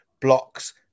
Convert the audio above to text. blocks